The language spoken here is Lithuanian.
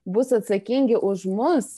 bus atsakingi už mus